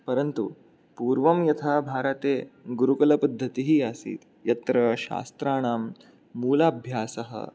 परन्तु पूर्वं यथा भारते गुरुकुलपद्धतिः आसीत् यत्र शास्त्राणां मूलाभ्यासः